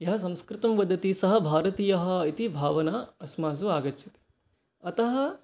यः संस्कृतं वदति सः भारतीयः इति भावना अस्मासु आगच्छति अतः